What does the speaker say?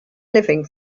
living